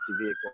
vehicle